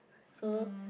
so